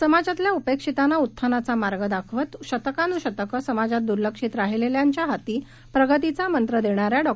समाजातल्या उपेक्षितांना उत्थानाचा मार्ग दाखवला शतकांन्शतकंसमाजात द्र्लक्षित राहिलेल्याच्या हाती प्रगतीचा मंत्र देणाऱ्या डॉ